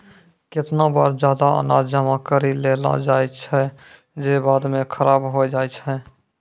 केतना बार जादा अनाज जमा करि लेलो जाय छै जे बाद म खराब होय जाय छै